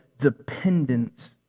dependence